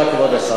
בבקשה, כבוד השר.